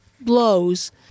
blows